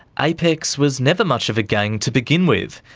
apex was never much of gang to begin with.